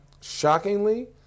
shockingly